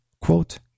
quote